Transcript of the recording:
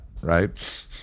right